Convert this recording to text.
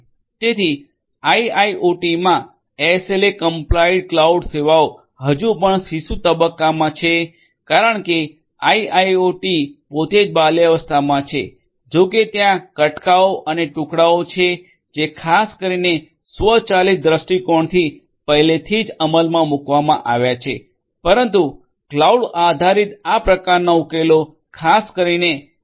તેથી આઇઆઇઓટીમા SLA complied cloud સેવાઓ હજી પણ શિશુ તબક્કામાં છે કારણ કે આઇઆઇઓટી પોતે જ બાલ્યાવસ્થામાં છે જોકે ત્યાં કટકાઓ અને ટુકડાઓ છે જે ખાસ કરીને સ્વચાલિત દૃષ્ટિકોણથી પહેલેથી અમલમાં મૂકવામાં આવ્યા છે પરંતુ ક્લાઉડ આધારિત આ પ્રકારના ઉકેલો ખાસ કરીને એસ